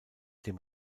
dem